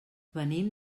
venim